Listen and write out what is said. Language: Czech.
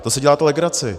To si děláte legraci!